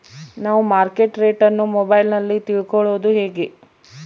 ನಾವು market rate ಅನ್ನು ಮೊಬೈಲಲ್ಲಿ ತಿಳ್ಕಳೋದು ಹೇಗೆ?